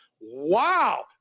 Wow